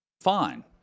fine